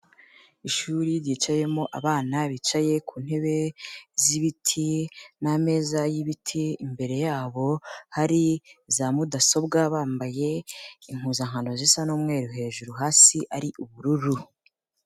Ishuri ryicayemo abana bicaye ku ntebe z'ibiti n'ameza y'ibiti, imbere yabo hari za mudasobwa, bambaye impuzankano zisa n'umweru hejuru hasi ari ubururu.